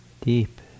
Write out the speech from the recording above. deep